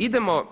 Idemo